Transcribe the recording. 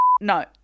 No